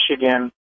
Michigan